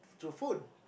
through phone